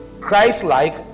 Christ-like